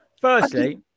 firstly